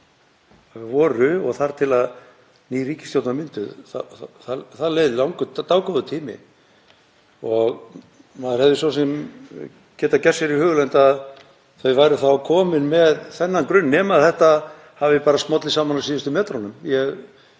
voru þar til að ný ríkisstjórn var mynduð leið dágóður tími. Maður hefði svo sem getað gert sér í hugarlund að þau væru þá komin með þennan grunn nema þetta hafi bara smollið saman á síðustu metrunum,